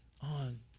on